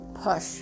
push